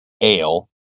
ale